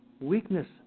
weakness